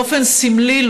באופן סמלי,